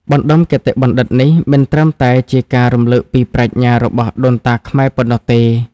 បណ្ដុំគតិបណ្ឌិតនេះ មិនត្រឹមតែជាការរំលឹកពីប្រាជ្ញារបស់ដូនតាខ្មែរប៉ុណ្ណោះទេ។